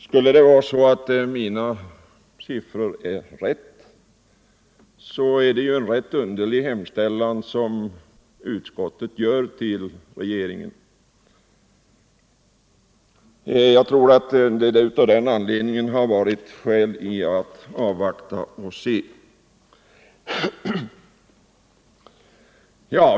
Skulle det vara så att mina siffror är riktiga, så är det ju en rätt underlig hemställan som utskottet gör till regeringen. Jag tror att det av den anledningen är skäl i att avvakta och se.